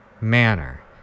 manner